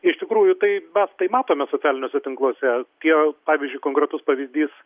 iš tikrųjų tai mes tai matome socialiniuose tinkluose tie pavyzdžiui konkretus pavyzdys